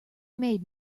made